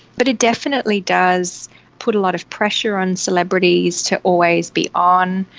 but it definitely does put a lot of pressure on celebrities to always be on.